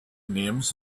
names